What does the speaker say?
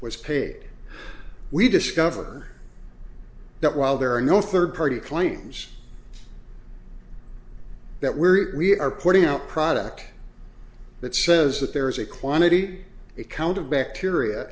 was paid we discover that while there are no third party claims that we're we are putting out a product that says that there is a quantity a count of bacteria